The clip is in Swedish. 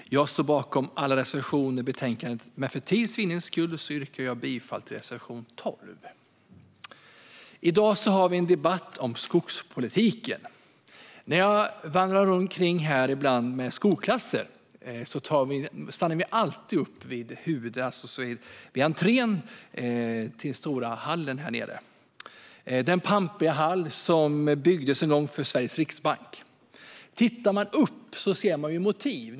Fru talman! Jag står bakom alla våra reservationer i betänkandet, men för tids vinnande yrkar jag bifall till endast reservation 12. I dag har vi en debatt om skogspolitiken. När jag ibland vandrar omkring här i riksdagen med skolklasser stannar vi alltid upp i entrén, denna pampiga hall som en gång byggdes för Sveriges riksbank. Tittar man upp i taket där ser man motiv.